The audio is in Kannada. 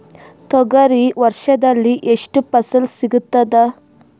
ತೊಗರಿ ವರ್ಷದಲ್ಲಿ ಎಷ್ಟು ಫಸಲ ಸಿಗತದ?